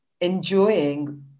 enjoying